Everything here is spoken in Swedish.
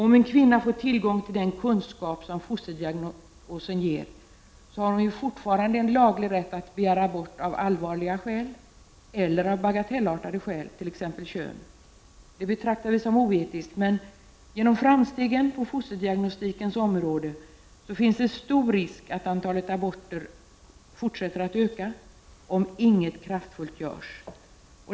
Om en kvinna får tillgång till den kunskap som fosterdiagnosen ger, har hon fortfarande en laglig rätt att begära abort av allvarliga skäl eller av bagatellartade skäl, t.ex. fostrets kön. Det betraktar vi som oetiskt, men genom framstegen på fosterdiagnostikens område finns det stor risk för att antalet aborter fortsätter att öka om inget kraftfullt görs.